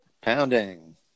pounding